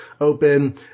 open